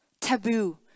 taboo